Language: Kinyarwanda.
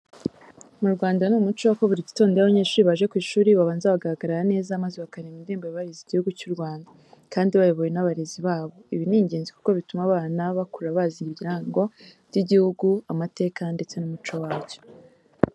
Mu Rwanda ni umuco ko buri gitondo iyo abanyeshuri baje ku ishuri babanza bagahagarara neza maze bakaririmba indirimbo yubahiriza igihugu cy'u Rwanda, kandi bayobowe n'abarezi babo. Ibi ni ingenzi kuko bituma abana bakura bazi ibirango by'igihugu, amateka ndetse n'umuco wacyo.